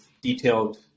detailed